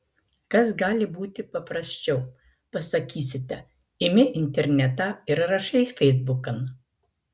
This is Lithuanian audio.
kas gali būti paprasčiau pasakysite imi internetą ir rašai feisbukan